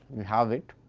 have it